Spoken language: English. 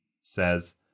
says